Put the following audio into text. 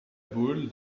boule